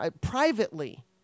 privately